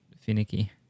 finicky